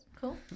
Cool